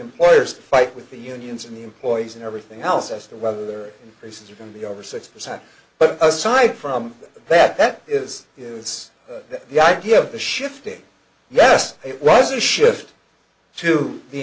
employer's fight with the unions and the employees and everything else as to whether they're interested in the over six percent but aside from that that is it's the idea of the shifting yes it was a shift to the